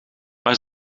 maar